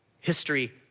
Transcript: history